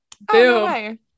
boom